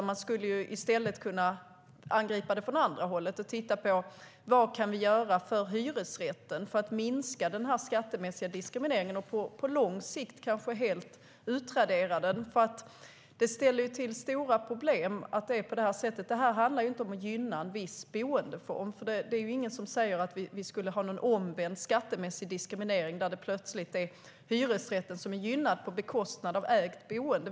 Man skulle i stället kunna angripa det från andra hållet och titta på vad vi kan göra för att minska den skattemässiga diskrimineringen av hyresrätten och på lång sikt kanske helt utradera den. Det ställer till stora problem att det är på det här sättet. Det här handlar inte om att gynna en viss boendeform. Det är ingen som säger att vi ska ha en omvänd skattemässig diskriminering där hyresrätten plötsligt ska gynnas på bekostnad av ägt boende.